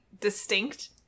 distinct